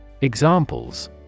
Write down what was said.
Examples